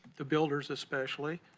the builders especially.